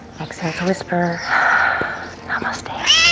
exhale to whisper namaste.